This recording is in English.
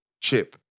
Chip